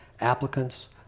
applicants